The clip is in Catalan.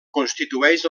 constitueix